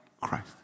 Christ